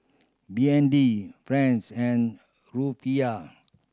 B N D Franc and Rufiyaa